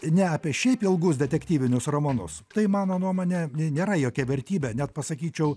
ne apie šiaip ilgus detektyvinius romanus tai mano nuomone nėra jokia vertybė net pasakyčiau